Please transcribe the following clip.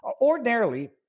Ordinarily